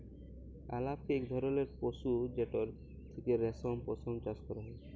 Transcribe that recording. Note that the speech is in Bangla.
আলাপকে ইক ধরলের পশু যেটর থ্যাকে রেশম, পশম চাষ ক্যরা হ্যয়